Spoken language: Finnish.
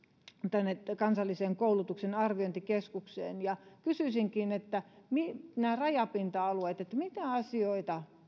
tänne kansallisen koulutuksen arviointikeskukseen ja kysyisinkin näistä rajapinta alueista miten asioita